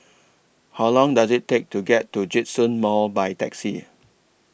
How Long Does IT Take to get to Djitsun Mall By Taxi